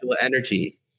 Energy